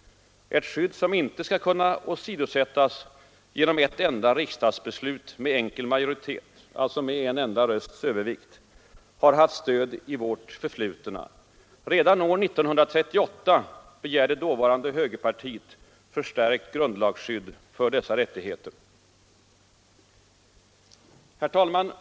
— ett skydd som inte skall kunna åsidosättas genom ett enda riksdagsbeslut med enkel majoritet, alltså med en enda rösts övervikt — har haft stöd i vårt förflutna. Redan 1938 begärde dåvarande högerpartiet förstärkt grundlagsskydd för dessa rättigheter. Herr talman!